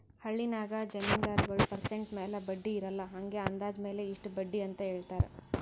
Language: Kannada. ಹಳ್ಳಿನಾಗ್ ಜಮೀನ್ದಾರಗೊಳ್ ಪರ್ಸೆಂಟ್ ಮ್ಯಾಲ ಬಡ್ಡಿ ಇರಲ್ಲಾ ಹಂಗೆ ಅಂದಾಜ್ ಮ್ಯಾಲ ಇಷ್ಟ ಬಡ್ಡಿ ಅಂತ್ ಹೇಳ್ತಾರ್